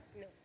No